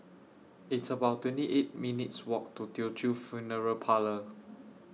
It's about twenty eight minutes' Walk to Teochew Funeral Parlour